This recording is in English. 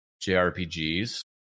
JRPGs